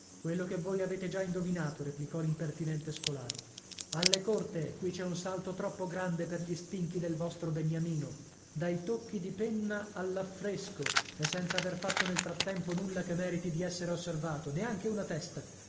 quello che voi avete già indovinato replicò l'impertinente scolaro alle corte qui c'è un salto troppo grande per gli stinchi del vostro beniamino dai tocchi di penna all'affresco e senza aver fatto nel frattempo nulla che meriti di essere osservato neanche una testa